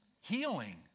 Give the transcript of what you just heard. Healing